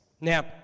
Now